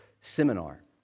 seminar